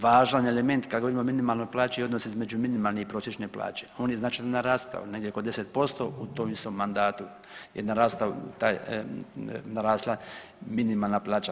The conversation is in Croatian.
Važan element kad govorimo o minimalnoj plaći je odnos između minimalne i prosječne plaće, on je značajno narastao, negdje oko 10% u tom istom mandatu je narastao taj, je narasla minimalna plaća.